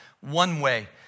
one-way